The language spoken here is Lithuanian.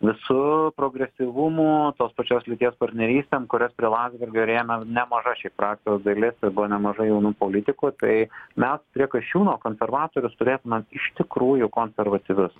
visu progresyvumu tos pačios lyties partnerystėm kurias prie landsbergio rėmė nemaža šiaip frakcijos dalis tai buvo nemaža jaunų politikų tai mes prie kasčiūno konservatorius turėtumėm iš tikrųjų konservatyvius